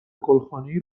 گلخانهای